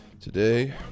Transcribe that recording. Today